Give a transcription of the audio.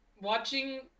watching